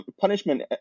punishment